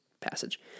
passage